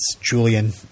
Julian